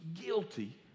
guilty